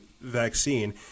Vaccine